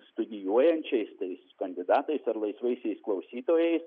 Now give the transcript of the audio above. studijuojančiais tais kandidatais ar laisvaisiais klausytojais